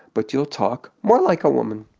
but you'll talk more like a woman.